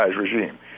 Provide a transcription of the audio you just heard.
regime